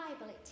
Bible